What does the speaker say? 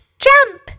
jump